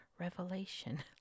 Revelation